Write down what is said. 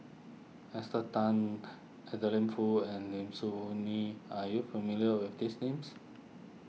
Esther Tan Adeline Foo and Lim Soo Ong Ngee are you familiar with these names